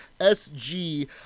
sg